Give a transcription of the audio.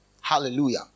Hallelujah